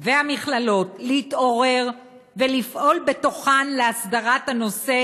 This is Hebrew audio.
והמכללות להתעורר ולפעול בתוכן להסדרת הנושא,